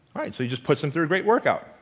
so he just puts them through a great workout.